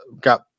got –